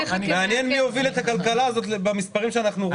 מעניין מי הוביל את הכלכלה הזאת במספרים שאנחנו רואים.